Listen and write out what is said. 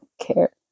care